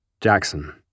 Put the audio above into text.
Jackson